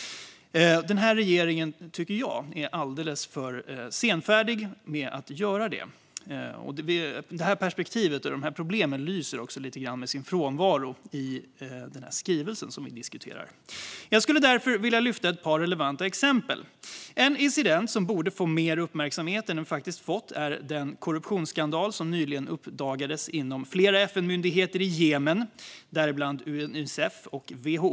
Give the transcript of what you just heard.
Den här regeringen är, tycker jag, alldeles för senfärdig när det gäller att göra det. Detta perspektiv och dessa problem lyser också lite grann med sin frånvaro i den skrivelse vi diskuterar. Jag skulle därför vilja lyfta ett par relevanta exempel. En incident som borde få mer uppmärksamhet än den faktiskt fått är den korruptionsskandal som nyligen uppdagades inom flera FN-myndigheter i Jemen, däribland Unicef och WHO.